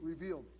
revealed